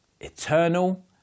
eternal